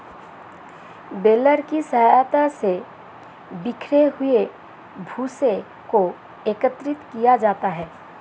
baler की सहायता से बिखरे हुए भूसे को एकत्रित किया जाता है